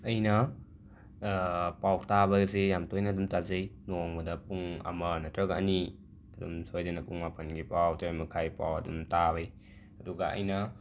ꯑꯩꯅ ꯄꯥꯎ ꯇꯥꯕ ꯑꯁꯦ ꯌꯥꯝꯅ ꯇꯣꯏꯅ ꯑꯗꯨꯝ ꯇꯥꯖꯩ ꯅꯣꯡꯃꯗ ꯄꯨꯡ ꯑꯃ ꯅꯇ꯭ꯔꯒ ꯑꯅꯤ ꯑꯗꯨꯝ ꯁꯣꯏꯗꯅ ꯄꯨꯡ ꯃꯥꯄꯟꯒꯤ ꯄꯥꯎ ꯇꯔꯦꯠ ꯃꯈꯥꯏ ꯄꯥꯎ ꯑꯗꯨꯝ ꯇꯥꯖꯩ ꯑꯗꯨꯒ ꯑꯩꯅ